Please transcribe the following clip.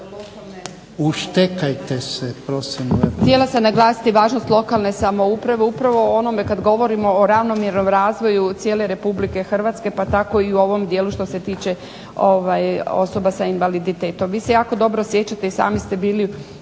Uštekajte se, prosim